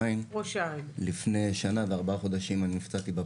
רם בן ברק יו"ר ועדת החוץ והביטחון: